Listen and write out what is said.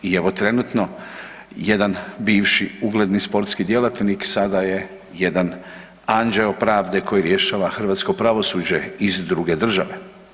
I evo trenutno jedan bivši ugledni sportski djelatnik sada je jedan anđeo pravde koji rješava hrvatsko pravosuđe iz druge države.